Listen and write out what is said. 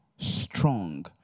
strong